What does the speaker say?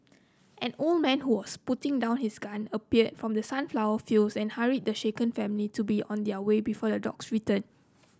an old man who was putting down his gun appeared from the sunflower fields and hurried the shaken family to be on their way before the dogs return